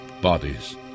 bodies